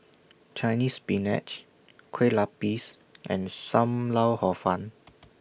Chinese Spinach Kueh Lapis and SAM Lau Hor Fun